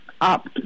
up